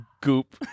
Goop